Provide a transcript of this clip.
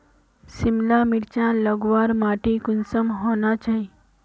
सिमला मिर्चान लगवार माटी कुंसम होना चही?